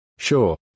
Sure